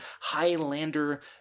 Highlander